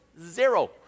zero